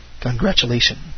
Congratulations